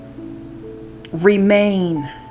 Remain